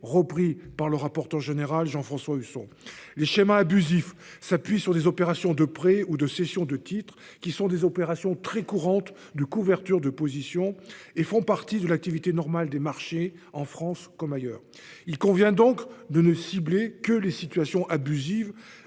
repris par le rapporteur général Jean-François Husson. Les schémas abusifs s'appuient sur des opérations de prêt ou de cession de titres, qui sont des opérations très courantes de couverture de position et font partie de l'activité normale des marchés, en France comme ailleurs. Il convient donc de ne cibler que les situations abusives